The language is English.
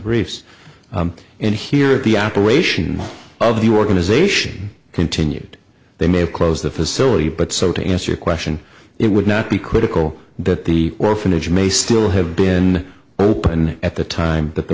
and here the operation of the organization continued they may have close the facility but so to answer your question it would not be critical that the orphanage may still have been open at the time that the